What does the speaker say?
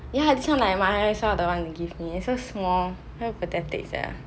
ya this one like might as well the you give me so small very pathetic sia